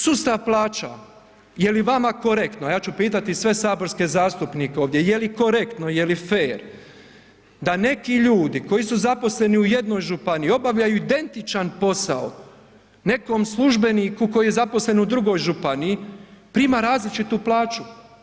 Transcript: Sustav plaća, je li vama korektno, ja ću pitati sve saborske zastupnike ovdje, je li korektno, je li fer da neki ljudi koji su zaposleni u jednoj županiji, obavljaju identičan posao, nekom službeniku koji je zaposlen u drugoj županiji, prima različitu plaću?